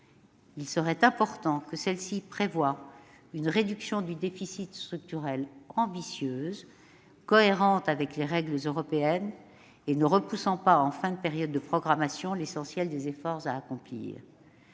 Il serait important que celle-ci prévoie une réduction du déficit structurel ambitieuse, cohérente avec les règles européennes et ne repoussant pas en fin de période de programmation l'essentiel des efforts à accomplir.